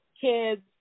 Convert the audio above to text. kids